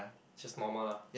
just normal lah